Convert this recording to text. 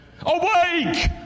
Awake